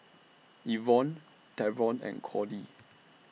Evonne Travon and Cordie